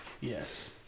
yes